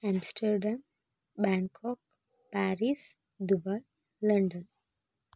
Amsterdam Bangkok Paris Dubai London